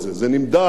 זה נמדד,